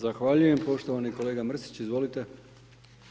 Zahvaljujem poštovani kolega Mrsić, izvolite.